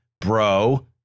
bro